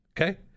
Okay